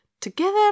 Together